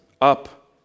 up